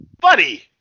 Buddy